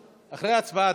שעה,